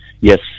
Yes